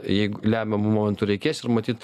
jeigu lemiamu momentu reikės ir matyt